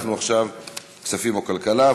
כספים או כלכלה.